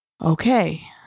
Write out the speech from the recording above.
okay